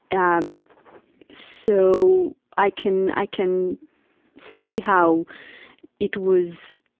ah so, i can, i can see how it was,